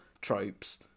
tropes